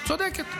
צודקת.